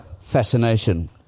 Fascination